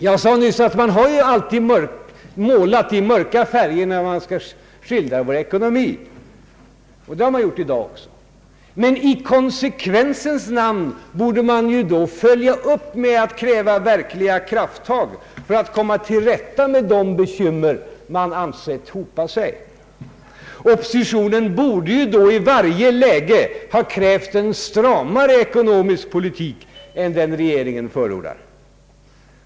Jag sade nyss att man alltid har målat i mörka färger när man skildrar vår ekonomi — och det har man gjort i dag också — men i konsekvensens namn borde man följa upp med att kräva verkliga krafttag för att komma till rätta med de bekymmer som man ansett hopa sig. Oppositionen borde då i varje läge ha krävt en stramare ekonomisk politik än den regeringen förordar.